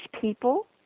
people